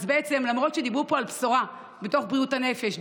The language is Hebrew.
למרות שדיברו פה על בשורה בתוך בריאות הנפש,